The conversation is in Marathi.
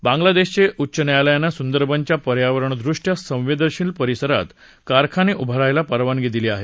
बांगलादेशमधे उच्च न्यायालयानं सुंदरबनच्या पर्यावरणदृष्टया संवेदनशील परिसरात कारखाने उभारायला परवानगी दिली आहे